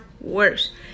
worse